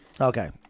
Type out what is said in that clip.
Okay